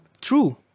true